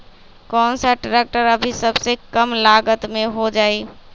कौन सा ट्रैक्टर अभी सबसे कम लागत में हो जाइ?